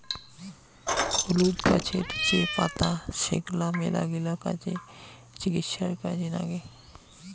হলুদ গাছের যে পাতা সেগলা মেলাগিলা কাজে, চিকিৎসায় কাজে নাগে